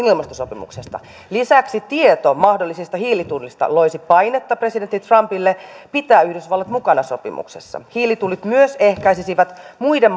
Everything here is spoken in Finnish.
ilmastosopimuksesta lisäksi tieto mahdollisesta hiilitullista loisi painetta presidentti trumpille pitää yhdysvallat mukana sopimuksessa hiilitullit myös ehkäisisivät muiden